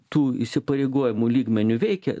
tų įsipareigojimų lygmeniu veikia